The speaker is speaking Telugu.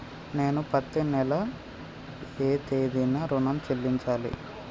నేను పత్తి నెల ఏ తేదీనా ఋణం చెల్లించాలి?